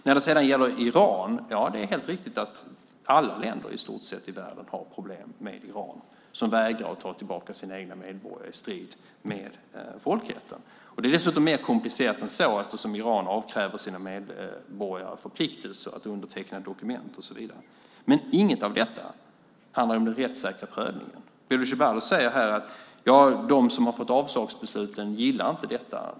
När det sedan gäller Iran är det helt riktigt att i stort sett alla länder i världen har problem med Iran, som vägrar ta tillbaka sina egna medborgare i strid med folkrätten. Det är dessutom mer komplicerat än så, eftersom Iran avkräver sina medborgare förpliktelser, till exempel att underteckna dokument. Men inget av detta handlar om den rättssäkra prövningen. Bodil Ceballos säger att de som har fått avslagsbeslut inte gillar detta.